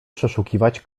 przeszukiwać